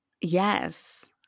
Yes